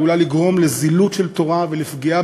העלולה לגרום לזילות של התורה ולפגיעה